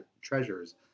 treasures